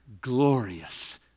glorious